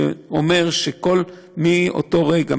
שאומר שמאותו רגע,